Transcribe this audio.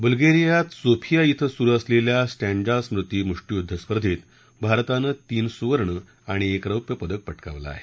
बल्गेरियात Sofia इथं सुरू असलेल्या स्ट्रॅन्डजा स्मृती मुष्टियुद्ध स्पर्धेत भारतानं तीन सुवर्ण आणि एक रौप्यपदक पाकिवलं आहे